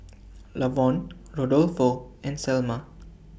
Lavonne Rodolfo and Selma